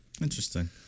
interesting